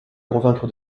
convaincre